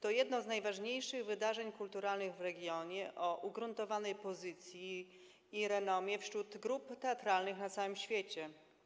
To jedno z najważniejszych wydarzeń kulturalnych w regionie, o ugruntowanej pozycji i renomie wśród grup teatralnych na całym świecie.